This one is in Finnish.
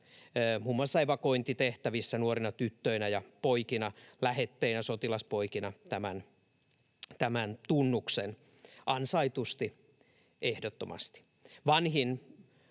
muun muassa evakuointitehtävissä nuorina tyttöinä ja poikina, lähetteinä, sotilaspoikina — tämän tunnuksen, ansaitusti, ehdottomasti.